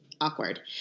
awkward